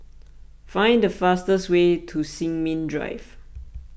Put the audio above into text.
find the fastest way to Sin Ming Drive